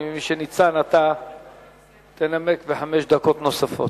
אני מבין שניצן, אתה תנמק בחמש דקות נוספות.